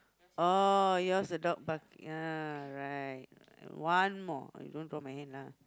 orh yours adult ya right one more you don't draw my hand lah